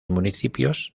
municipios